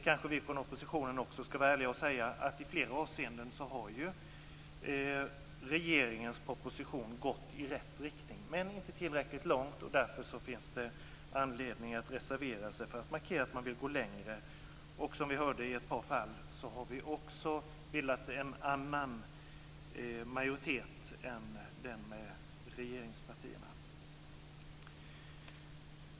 Kanske vi från oppositionen också skall vara ärliga och säga att i flera avseenden går ju regeringens proposition i rätt riktning, men inte tillräckligt långt. Därför finns det anledning att reservera sig för att markera att man vill gå längre. Och som det sades har vi bildat en annan majoritet än den med regeringspartiet.